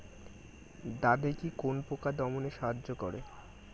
দাদেকি কোন পোকা দমনে সাহায্য করে?